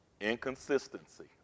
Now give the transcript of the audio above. Inconsistency